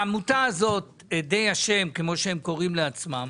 העמותה הזאת, עדי ה' כמו שהם קוראים לעצמם,